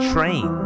Train